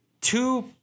Two